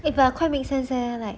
eh but quite make sense leh like